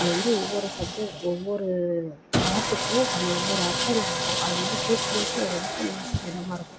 அது வந்து ஒவ்வொரு சப்ஜெட் ஒவ்வொரு பாட்டுக்கும் அந்த ஒவ்வொரு அர்த்தங்கள் இருக்கும் அது மாதிரி கேட்கும் பொது ரொம்ப மனசுக்கு இதமாக இருக்கும்